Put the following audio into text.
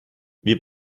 wir